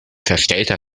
verstellter